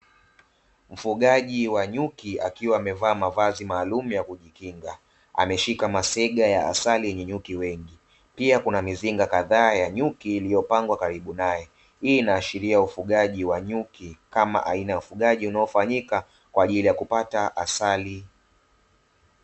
Mfugaji wa nyuki akiwa amevaa maalumu ya kujikinga, ameshika masega ya asali yenye nyuki wengi pia kuna mizinga kadhaa ya nyuki iliyopangwa karibu naye, hii inaashiria ufugaji wa nyuki kama aina ya ufugaji unaofanyika kwa ajili ya kupata asali.